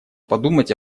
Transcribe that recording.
подумать